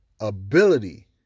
ability